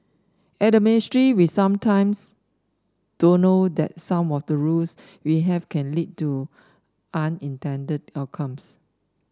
at the ministry we sometimes don't know that some of the rules we have can lead to unintended outcomes